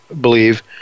believe